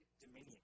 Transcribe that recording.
dominion